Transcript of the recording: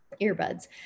earbuds